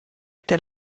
der